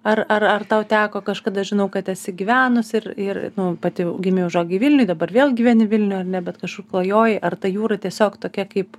ar ar ar tau teko kažkada žinau kad esi gyvenusi ir ir nu pati gimei užaugai vilniuj dabar vėl gyveni vilniuj ar ne bet kažkur klajoji ar ta jūra tiesiog tokia kaip